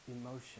emotion